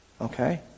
Okay